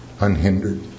unhindered